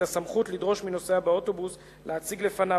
את הסמכות לדרוש מנוסע באוטובוס להציג לפניו